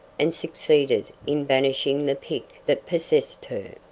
and succeeded in banishing the pique that possessed her.